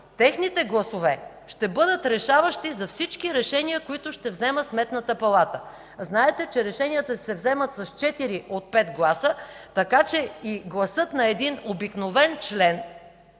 техните гласове ще бъдат решаващи за всички решения, които ще взима Сметната палата. Знаете, че решенията се взимат с четири от пет гласа, така че и гласът на един обикновен член